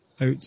out